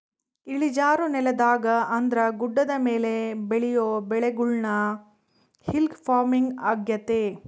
ಇಳಿಜಾರು ನೆಲದಾಗ ಅಂದ್ರ ಗುಡ್ಡದ ಮೇಲೆ ಬೆಳಿಯೊ ಬೆಳೆಗುಳ್ನ ಹಿಲ್ ಪಾರ್ಮಿಂಗ್ ಆಗ್ಯತೆ